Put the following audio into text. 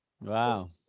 Wow